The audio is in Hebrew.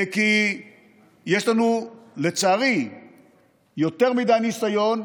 כי לצערי יש לנו יותר מדי ניסיון,